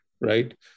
right